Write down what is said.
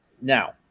Now